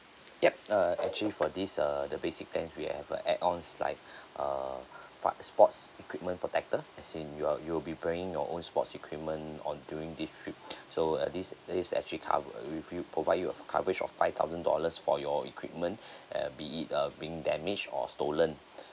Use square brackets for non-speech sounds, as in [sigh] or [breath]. yup uh actually for this err the basic plan we have a add ons like [breath] err fi~ sports equipment protector as in you're you'll be bringing your own sports equipment on during the trip so uh this this actually cover with you provide you a coverage of five thousand dollars for your equipment [breath] uh be it uh being damaged or stolen [breath]